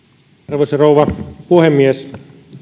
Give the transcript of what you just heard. arvoisa rouva puhemies